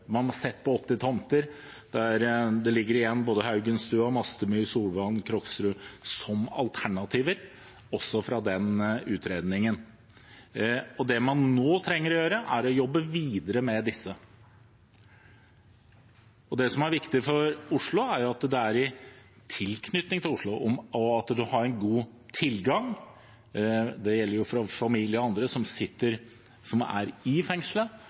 man har sett på åtte tomter, der både Haugenstua, Mastemyr, Solvang og Krogsrud ligger igjen som alternativer fra den utredningen. Og det man nå trenger å gjøre, er å jobbe videre med disse. Det som er viktig for Oslo, er jo at det er i tilknytning til Oslo, og at man har en god tilgang. Det gjelder for familie til dem som er i fengselet, og andre. Nå mener jeg at det også bør være mulig å finne arealer i